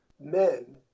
men